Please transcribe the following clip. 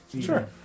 Sure